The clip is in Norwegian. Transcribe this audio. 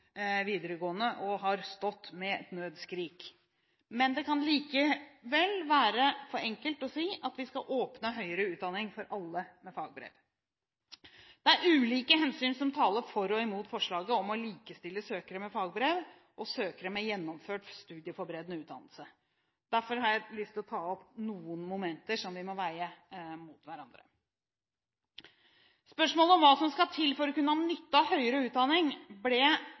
videregående og har stått med et nødskrik. Men det kan likevel være for enkelt å si at vi skal åpne høyere utdanning for alle med fagbrev. Det er ulike hensyn som taler for og imot forslaget om å likestille søkere med fagbrev og søkere med gjennomført studieforberedende utdannelse. Derfor har jeg lyst til å ta opp noen momenter som vi må veie mot hverandre. Spørsmålet om hva som skal til for å kunne ha nytte av høyere utdanning, ble